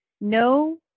no